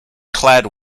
clad